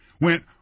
went